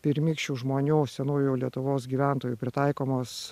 pirmykščių žmonių senųjų lietuvos gyventojų pritaikomos